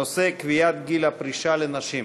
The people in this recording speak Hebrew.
הנושא: קביעת גיל הפרישה לנשים.